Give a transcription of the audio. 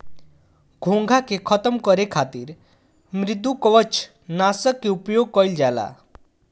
घोंघा के खतम करे खातिर मृदुकवच नाशक के उपयोग कइल जाला